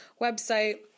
website